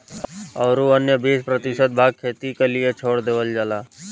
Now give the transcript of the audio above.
औरू अन्य बीस प्रतिशत भाग खेती क लिए छोड़ देवल जाला